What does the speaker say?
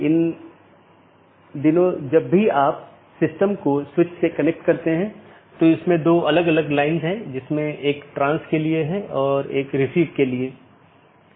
इसलिए जब एक बार BGP राउटर को यह अपडेट मिल जाता है तो यह मूल रूप से सहकर्मी पर भेजने से पहले पथ विशेषताओं को अपडेट करता है